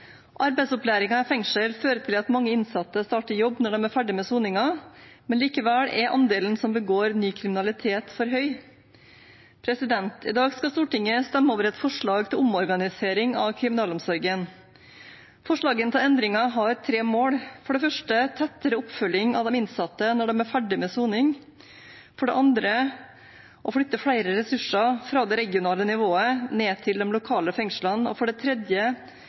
i fengsel fører til at mange innsatte starter i jobb når de er ferdig med soningen, likevel er andelen som begår ny kriminalitet, for høy. I dag skal Stortinget stemme over et forslag til omorganisering av kriminalomsorgen. Forslagene til endringer har tre mål: for det første tettere oppfølging av de innsatte når de er ferdig med soning, for det andre å flytte flere ressurser fra det regionale nivået ned til de lokale fengslene, og for det tredje